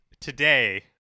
today